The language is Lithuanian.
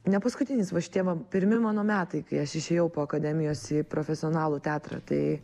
ne paskutiniais va šitie va pirmi mano metai kai aš išėjau po akademijos į profesionalų teatrą tai